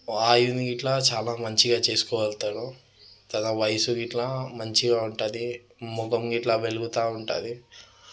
ఆయువుని ఇట్లా చాలా మంచిగా చేసుకోగలుగుతాడు తన వయసు ఇట్లా మంచిగా ఉంటుంది మొఖం ఇట్లా వెలుగుతూ ఉంటుంది